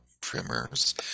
primers